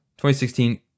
2016